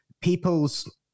people's